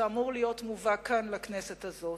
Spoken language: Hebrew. שאמור להיות מובא כאן, לכנסת הזאת.